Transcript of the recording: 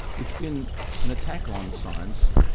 it's been an attack on science.